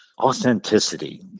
authenticity